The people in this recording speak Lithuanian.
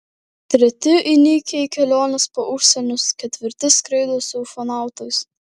treti įnikę į keliones po užsienius ketvirti skraido su ufonautais